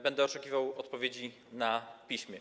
Będę oczekiwał odpowiedzi na piśmie.